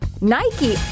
Nike